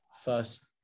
first